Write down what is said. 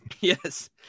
Yes